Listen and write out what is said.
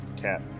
cat